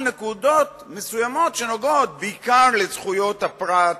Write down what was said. נקודות מסוימות שנוגעות בעיקר בזכויות הפרט,